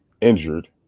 injured